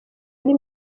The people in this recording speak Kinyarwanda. ari